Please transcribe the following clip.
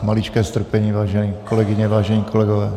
Maličké strpení, vážené kolegyně, vážení kolegové.